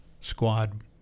squad